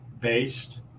based